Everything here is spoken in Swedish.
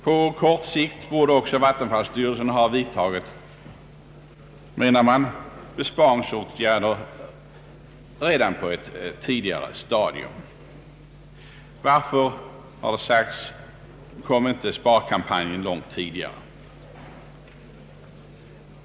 På kort sikt borde också vattenfallsstyrelsen, menar man, ha vidtagit besparingsåtgärder redan på ett tidiga re stadium. Varför, har det sagts, kom inte sparkampanjen långt tidigare?